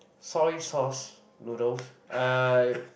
soy sauce noodles uh